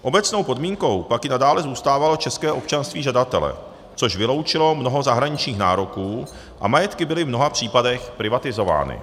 Obecnou podmínkou pak i nadále zůstávalo české občanství žadatele, což vyloučilo mnoho zahraničních nároků, a majetky byly v mnoha případech privatizovány.